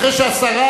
אחרי השרה